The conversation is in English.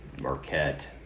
Marquette